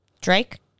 Drake